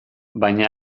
baina